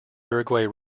uruguay